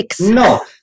No